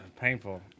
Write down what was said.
Painful